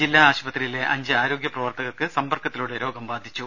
ജില്ലാ ആശുപത്രിയിലെ അഞ്ച് ആരോഗ്യ പ്രവർത്തകർക്കാണ് സമ്പർക്കത്തിലൂടെ രോഗം ബാധിച്ചത്